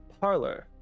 parlor